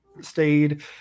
stayed